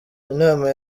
inama